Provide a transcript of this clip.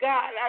God